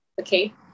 okay